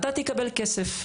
אתה תקבל כסף.